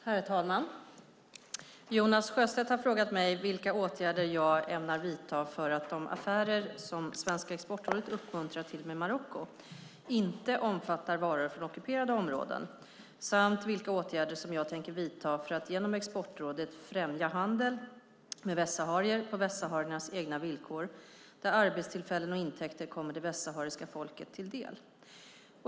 Herr talman! Jonas Sjöstedt har frågat mig vilka åtgärder jag ämnar vidta för att de affärer som Sveriges exportråd uppmuntrar till med Marocko inte ska omfatta varor från ockuperade områden samt vilka åtgärder som jag tänker vidta för att genom Exportrådet främja handel med västsaharier på västsahariernas egna villkor där arbetstillfällen och intäkter kommer det västsahariska folket till del.